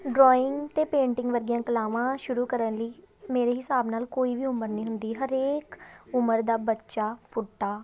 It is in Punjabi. ਡਰੋਇੰਗ ਅਤੇ ਪੇਂਟਿੰਗ ਵਰਗੀਆਂ ਕਲਾਵਾਂ ਸ਼ੁਰੂ ਕਰਨ ਲਈ ਮੇਰੇ ਹਿਸਾਬ ਨਾਲ ਕੋਈ ਵੀ ਉਮਰ ਨਹੀਂ ਹੁੰਦੀ ਹਰੇਕ ਉਮਰ ਦਾ ਬੱਚਾ ਬੁੱਢਾ